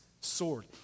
sword